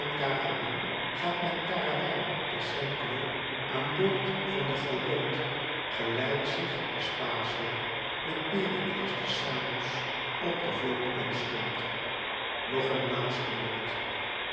gaat met carabijn te saint cloud aan boord van de galjoot gelijk zich aspasia met pericles te samos op de vloot inscheepte nog een laatste woord